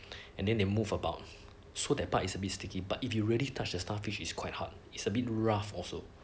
and then they move about so that part is a bit sticky but if you really touch the starfish is quite hard it's a bit rough also